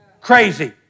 Crazy